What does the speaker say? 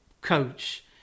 coach